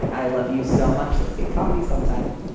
i love you so much. let's get coffee sometime.